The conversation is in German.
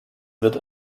wird